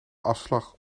afslag